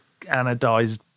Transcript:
anodized